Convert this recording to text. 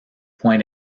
point